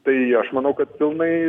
tai aš manau kad pilnai